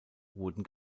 wurden